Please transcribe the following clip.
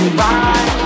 bye